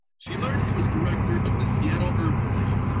she learned he was director of the seattle urban league,